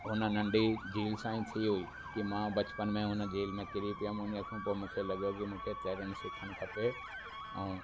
उन नंढी झील सां ई थी हुई की मां बचपन में उन झील में किरी पियुमि उन खां पोइ मूंखे लॻियो की मूंखे तरणु सिखणु खपे ऐं